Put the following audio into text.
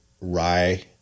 rye